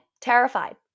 terrified